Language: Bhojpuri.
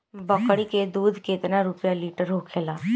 बकड़ी के दूध केतना रुपया लीटर होखेला?